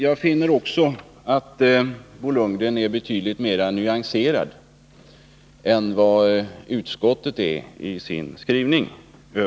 Jag finner också att Bo Lundgren är betydligt mera nyanserad än vad utskottet är i sin skrivning.